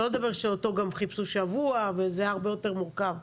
ולא נדבר שאותו גם חיפשו שבוע וזה היה הרבה יותר מורכב.